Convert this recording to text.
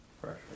Pressure